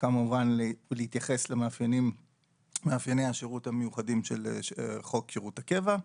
וכמובן להתייחס למאפייני השירות המיוחדים של חוק שירות הקבע.